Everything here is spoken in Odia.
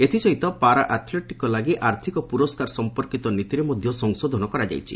ଏଥିସହିତ ପାରା ଆଥ୍ଲେଟିକଙ୍କ ଲାଗି ଆର୍ଥିକ ପୁରସ୍କାର ସଂପର୍କିତ ନୀତିରେ ମଧ୍ୟ ସଂଶୋଧନ କରାଯାଇଛି